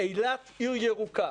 אילת עיר ירוקה,